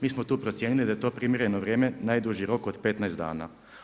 Mi smo tu procijenili da je to primjereno vrijeme najduži rok od 15 dana.